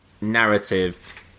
narrative